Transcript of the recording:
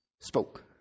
Spoke